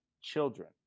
children